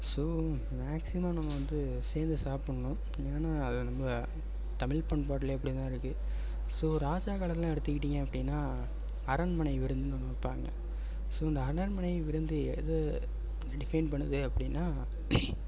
so maximum நம்ம வந்து சேர்ந்து சாப்பிட்ணும் ஏன்னால் அது நம்ம தமிழ் பண்பாட்டிலே இப்படி தான் இருக்குது ஸோ ராஜா காலத்துலெலாம் எடுத்துக்கிட்டீங்க அப்படின்னா அரண்மனை விருந்துன்னு ஒன்று வைப்பாங்க ஸோ இந்த அரண்மனை விருந்து எதை டிஃபைன் பண்ணுது அப்படின்னா